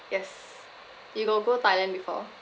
yes you got go thailand before